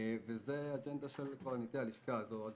זו אג'נדה של קברניטי הלשכה הזאת.